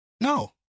No